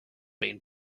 been